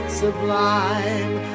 sublime